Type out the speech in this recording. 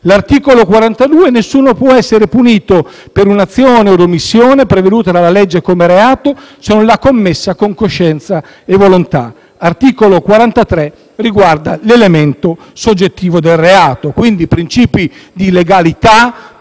L'articolo 42 recita: «Nessuno può essere punito per un'azione od omissione preveduta dalla legge come reato, se non l'ha commessa con coscienza e volontà». L'articolo 43 riguarda invece l'elemento soggettivo del reato: principi di legalità,